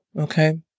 Okay